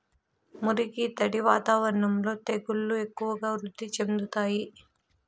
మురికి, తడి వాతావరణంలో తెగుళ్లు ఎక్కువగా వృద్ధి చెందుతాయి